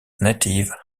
native